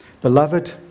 Beloved